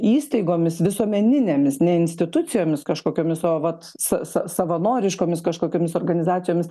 įstaigomis visuomeninėmis ne institucijomis kažkokiomis o vat savanoriškomis kažkokiomis organizacijomis